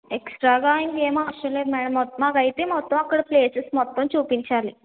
ఎక్స్ట్రాగా ఇంక ఏమి అవసరం లేదు మేడం మాకు అయితే మొత్తం అక్కడ ప్లేసెస్ మొత్తం చూపించాలి